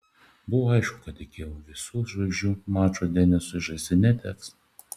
buvo aišku kad iki visų žvaigždžių mačo denisui žaisti neteks